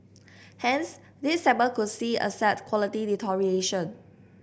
hence this segment could see asset quality deterioration